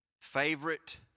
favorite